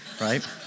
right